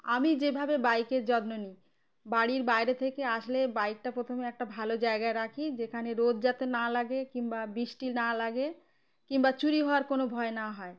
আমি যেভাবে বাইকের যত্ন নিই বাড়ির বাইরে থেকে আসলে বাইকটা প্রথমে একটা ভালো জায়গায় রাখি যেখানে রোদ যাতে না লাগে কিংবা বৃষ্টি না লাগে কিংবা চুরি হওয়ার কোনো ভয় না হয়